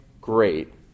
great